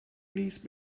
niece